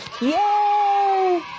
Yay